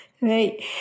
Right